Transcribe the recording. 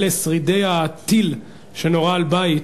אלה שרידי הטיל שנורה על בית